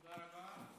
תודה רבה.